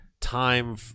time